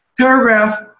Paragraph